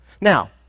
Now